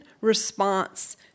response